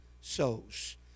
souls